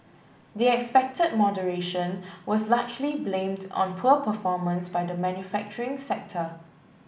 the expected moderation was largely blamed on poor performance by the manufacturing sector